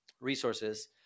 resources